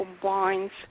combines